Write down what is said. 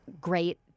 great